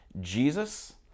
Jesus